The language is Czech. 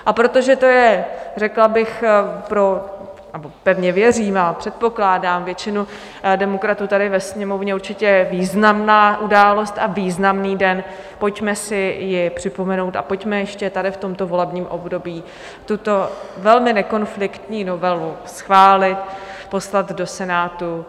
A protože to je, řekla bych, nebo pevně věřím a předpokládám, pro většinu demokratů tady ve Sněmovně určitě významná událost a významný den, pojďme si jej připomenout a pojďme ještě tady v tomto volebním období tuto velmi nekonfliktní novelu schválit, poslat do Senátu.